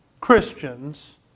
Christians